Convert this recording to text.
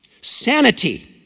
Sanity